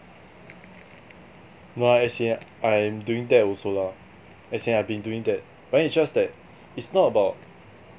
no as in I'm doing that also lah as in I've been doing that but then it's just that it's not about